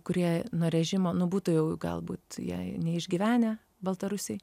kurie nuo režimo nu būtų jau galbūt jei neišgyvenę baltarusijoj